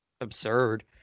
absurd